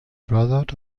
brotherhood